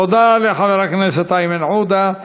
תודה לחבר הכנסת איימן עודה.